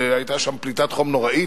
והיתה שם פליטת חום נוראה,